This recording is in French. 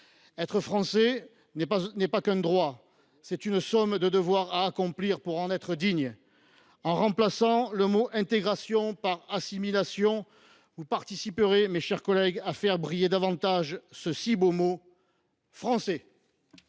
Être Français n’est pas seulement un droit, c’est une somme de devoirs à accomplir pour en être digne. En remplaçant « intégration » par « assimilation », vous participerez, mes chers collègues, à faire briller davantage ce si beau mot : Français.